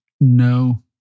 No